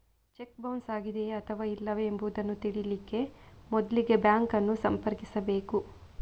check bounce ಆಗಿದೆಯೇ ಅಥವಾ ಇಲ್ಲವೇ ಎಂಬುದನ್ನ ತಿಳೀಲಿಕ್ಕೆ ಮೊದ್ಲಿಗೆ ಬ್ಯಾಂಕ್ ಅನ್ನು ಸಂಪರ್ಕಿಸ್ಬೇಕು